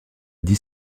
dit